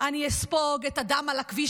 אני אספוג את הדם על הכביש,